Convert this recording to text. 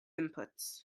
inputs